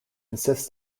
insist